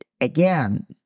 again